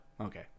Okay